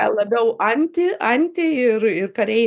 labiau anti anti ir ir kariai